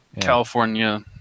California